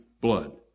blood